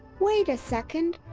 wait a second,